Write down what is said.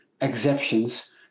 exceptions